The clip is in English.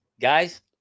guys